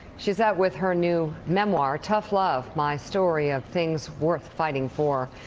she's out with her new memoir tough love, my story of things worth fighting for.